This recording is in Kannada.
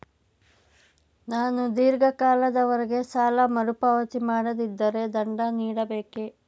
ನಾನು ಧೀರ್ಘ ಕಾಲದವರೆ ಸಾಲ ಮರುಪಾವತಿ ಮಾಡದಿದ್ದರೆ ದಂಡ ನೀಡಬೇಕೇ?